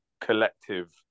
collective